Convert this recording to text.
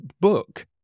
book